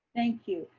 thank you,